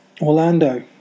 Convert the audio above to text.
Orlando